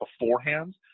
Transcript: beforehand